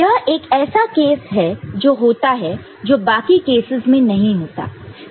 यह एक ऐसा केस है जो होता है जो बाकी कैसस में नहीं होता है